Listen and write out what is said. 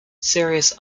serious